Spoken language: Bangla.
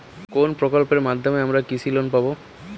কোন প্রকল্পের মাধ্যমে আমরা কৃষি লোন পাবো?